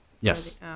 Yes